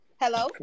Hello